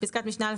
בפסקת משנה (א),